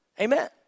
Amen